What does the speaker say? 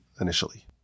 initially